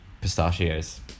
pistachios